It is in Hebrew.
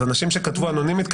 זה אנשים שכתבו אנונימית,